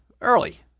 early